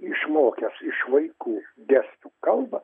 išmokęs iš vaikų gestų kalbą